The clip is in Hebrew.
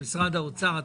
במשרד האוצר,